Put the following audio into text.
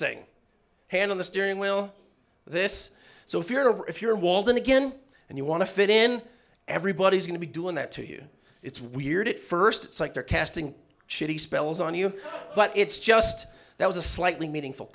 thing hand on the steering wheel this so if you're if you're walled in again and you want to fit in everybody is going to be doing that to you it's weird at first like they're casting shooting spells on you but it's just that was a slightly meaningful